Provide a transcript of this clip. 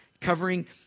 covering